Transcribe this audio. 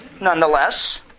nonetheless